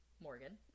Morgan